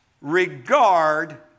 regard